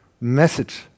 message